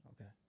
Okay